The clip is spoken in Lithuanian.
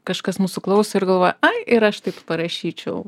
kažkas mūsų klauso ir galvoja ai ir aš taip parašyčiau